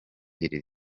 iri